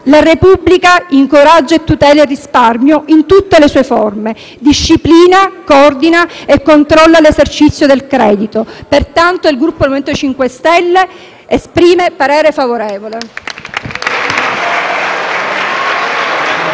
«La Repubblica incoraggia e tutela il risparmio in tutte le sue forme; disciplina, coordina e controlla l'esercizio del credito». Pertanto, il Gruppo MoVimento 5 Stelle dichiara voto favorevole.